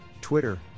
Twitter